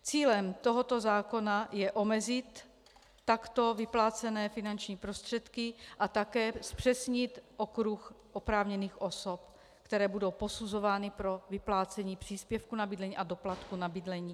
Cílem tohoto zákona je omezit takto vyplácené finanční prostředky a také zpřesnit okruh oprávněných osob, které budou posuzovány pro vyplácení příspěvku na bydlení a doplatku na bydlení.